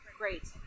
great